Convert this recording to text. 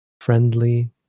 friendly